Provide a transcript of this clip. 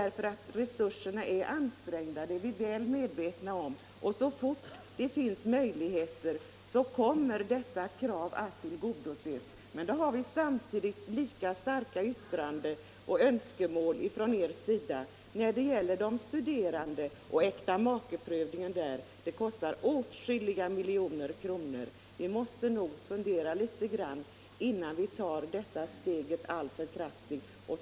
Resurserna är ansträngda — det är vi väl medvetna om. Så fort det finns möjligheter kommer detta krav att tillgodoses. Men då har vi samtidigt lika starka önskemål från er sida när det gäller de studerande och äktamakeprövningen i det sammanhanget. Det kostar åtskilliga miljoner kronor. Vi måste nog fundera lite grand innan vi tar alltför kraftiga steg.